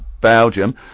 Belgium